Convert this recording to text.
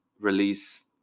release